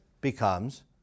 becomes